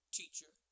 teacher